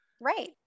Right